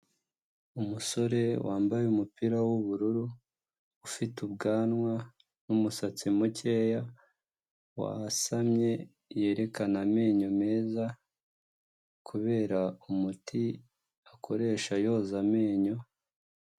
Umusore wambaye umupira w'ubururu ufite ubwanwa n'umusatsi mukeya wasamye yerekana amenyo meza kubera umuti akoresha yoza amenyo.